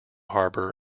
harbour